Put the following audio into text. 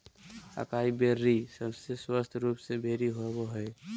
acai berry सबसे स्वस्थ रूप के बेरी होबय हइ